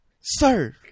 sir